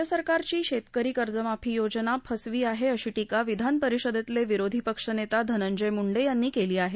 राज्य सरकारची शेतकरी कर्जमाफी योजना फसवी आहे अशी टीका विधानपरिषदेतले विरोधी पक्षनेते धनंजय मुंडे यांनी केली आहे